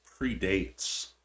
predates